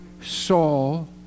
Saul